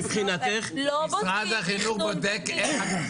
גברתי, את מבחינתך, משרד החינוך בודק.